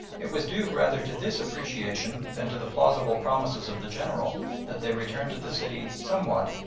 it was due rather to this appreciation than to the plausible promises of the general that they returned to the city somewhat,